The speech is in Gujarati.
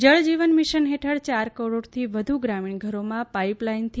જળ જીવન મિશન હેઠળ ચાર કરોડથી વધુ ગ્રામીણ ઘરો માં પાઈપલાઈનથી